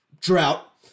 drought